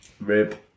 rib